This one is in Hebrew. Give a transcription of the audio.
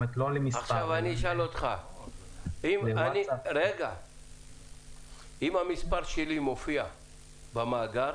כלומר לא למספר הטלפון הזה --- אם המספר שלי מופיע במאגר